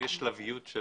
יש שלביות של